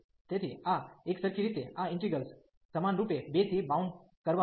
તેથી આ એકસરખી રીતે આ ઇન્ટિગ્રેલ્સ સમાનરૂપે 2 થી બાઉન્ડ કરવામાં આવે છે